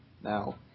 now